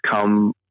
come